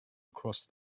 across